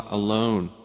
alone